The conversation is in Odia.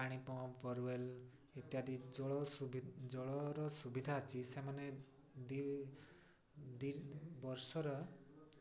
ପାଣିପମ୍ପ୍ ବୋରୱେଲ୍ ଇତ୍ୟାଦି ଜଳ ସୁବି ଜଳର ସୁବିଧା ଅଛି ସେମାନେ ଦୁଇ ଦୁଇ ବର୍ଷର